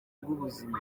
rw’ubuzima